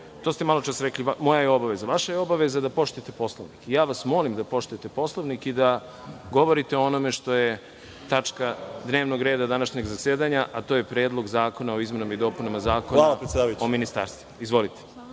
ste rekli – moja je obaveza. Vaša je obaveza da poštujete Poslovnik i ja vas molim da poštujete Poslovnik i da govorite o onome što je tačka dnevnog reda današnjeg zasedanja, a to je Predlog zakona o izmenama i dopunama Zakona o ministarstvima. Izvolite.